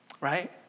right